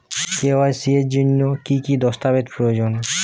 KYC এর জন্যে কি কি দস্তাবেজ প্রয়োজন?